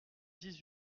dix